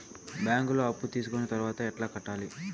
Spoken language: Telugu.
బ్యాంకులో అప్పు తీసుకొని తర్వాత ఎట్లా కట్టాలి?